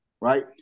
right